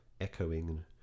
echoing